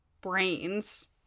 brains